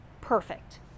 perfect